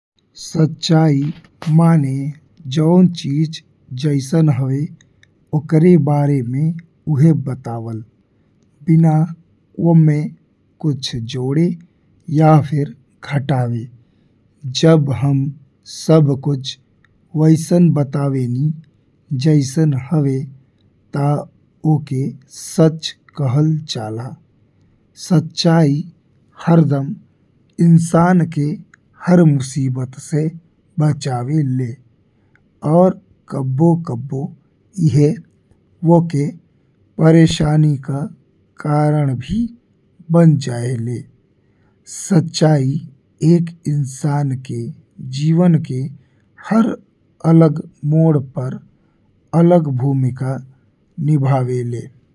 सच्चाई माने जऊन चीज जइसन हवे ओकर बारे में उहे बतावल बिना ओमे कुछ जोड़े या फिर घटावे। जब हम सब कुछ वइसन बतावनी जइसन हवे ता ओके सच कहल जाला। सच्चाई हरदम इंसान के हर मुसीबत से बचावेले और कभो-कभो एह ओके परेशानी का कारण भी बन जायेलें, सच्चाई एक इंसान के जीवन के हर अलग मोड़ पर अलग भूमिका निभावेले।